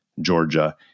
Georgia